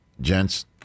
gents